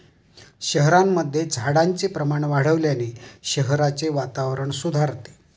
शहरांमध्ये झाडांचे प्रमाण वाढवल्याने शहराचे वातावरण सुधारते